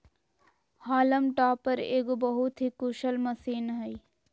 haulm topper एगो बहुत ही कुशल मशीन हइ